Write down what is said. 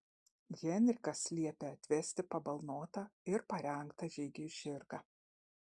henrikas liepia atvesti pabalnotą ir parengtą žygiui žirgą